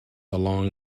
along